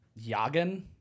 Yagen